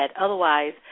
Otherwise